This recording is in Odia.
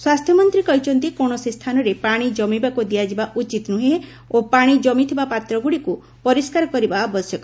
ସ୍ୱାସ୍ତ୍ୟମନ୍ତ୍ରୀ କହିଛନ୍ତି କୌଣସି ସ୍ଥାନରେ ପାଣି ଜମିବାକୁ ଦିଆଯିବା ଉଚିତ ନୁହେଁ ଓ ପାଣି ଜମିଥିବା ପାତ୍ରଗୁଡ଼ିକୁ ପରିଷ୍କାର କରିବା ଆବଶ୍ୟକ